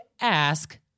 ask